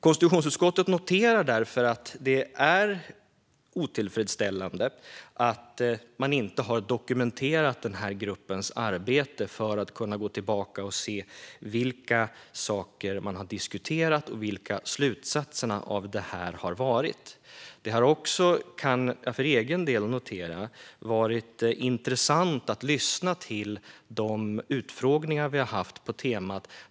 Konstitutionsutskottet noterar därför att det är otillfredsställande att man inte har dokumenterat den här gruppens arbete för att kunna gå tillbaka och se vilka saker man har diskuterat och vilka slutsatserna av detta har varit. Det har också, kan jag för egen del notera, varit intressant att lyssna till de utfrågningar vi har haft på temat.